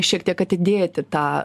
šiek tiek atidėti tą